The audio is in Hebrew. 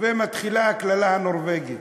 ומתחילה הקללה הנורבגית,